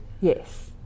yes